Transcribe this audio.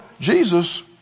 Jesus